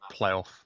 playoff